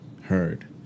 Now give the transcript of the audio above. heard